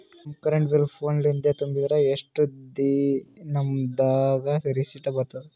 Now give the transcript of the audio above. ನಮ್ current bill ಫೋನ ಲಿಂದೇ ತುಂಬಿದ್ರ, ಎಷ್ಟ ದಿ ನಮ್ ದಾಗ ರಿಸಿಟ ಬರತದ?